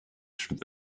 should